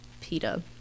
PETA